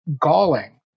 galling